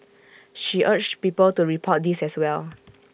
she urged people to report these as well